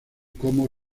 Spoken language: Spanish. como